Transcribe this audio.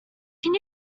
can